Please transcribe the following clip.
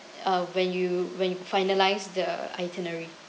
uh when you when you finalise the itinerary